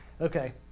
okay